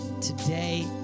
today